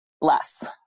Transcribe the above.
less